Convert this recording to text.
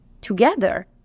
together